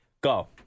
Go